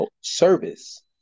service